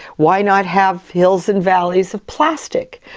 why not have hills and valleys of plastic,